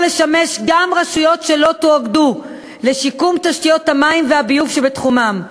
לשמש גם רשויות שלא התאגדו לשיקום תשתיות המים והביוב שבתחומן.